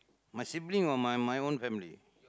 my sibling or my my own family